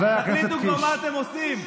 תחליטו כבר מה אתם עושים.